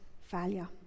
failure